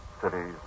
Cities